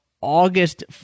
August